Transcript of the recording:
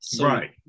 Right